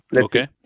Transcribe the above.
Okay